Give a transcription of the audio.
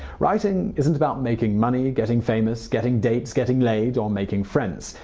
writing isn't about making money, getting famous, getting dates, getting laid, or making friends.